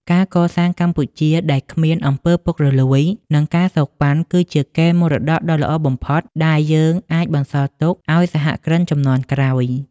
ការកសាងកម្ពុជាដែលគ្មាន អំពើពុករលួយ និង ការសូកប៉ាន់ គឺជាកេរមរតកដ៏ល្អបំផុតដែលយើងអាចបន្សល់ទុកឱ្យសហគ្រិនជំនាន់ក្រោយ។